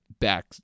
back